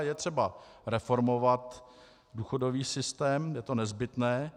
Je třeba reformovat důchodový systém, je to nezbytné.